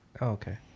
Okay